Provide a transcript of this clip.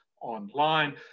online